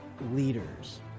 Leaders